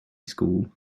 school